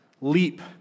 leap